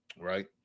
right